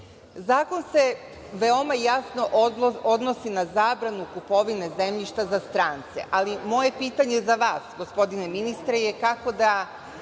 se veoma jasno odnosi na zabranu kupovine zemljišta za strance, ali moje pitanje za vas, gospodine ministre, je kako da